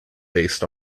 based